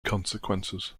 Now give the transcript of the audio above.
consequences